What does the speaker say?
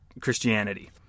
Christianity